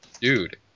dude